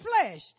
flesh